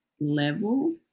level